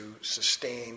sustain